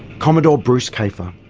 commodore bruce kafer.